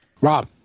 Rob